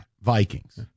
Vikings